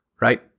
Right